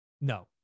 No